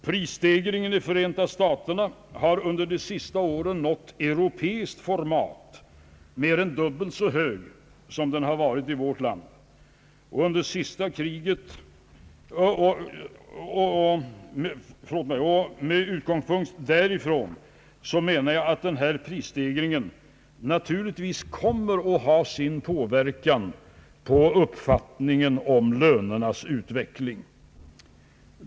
Prisstegringen i Förenta staterna har under de senaste åren nått europeiskt format och är mer än dubbelt så stor som den har varit i vårt land. Med utgångspunkt därifrån menar jag att denna prisstegring naturligtvis kommer att inverka på uppfattningen om lönernas utveckling.